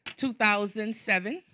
2007